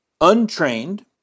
untrained